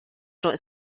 not